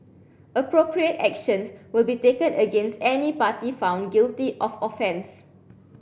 appropriate action will be taken against any party found guilty of offence